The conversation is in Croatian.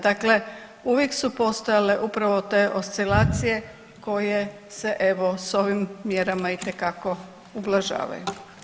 Dakle, uvijek su postojale upravo te oscilacije koje se evo s ovim mjerama itekako ublažavaju.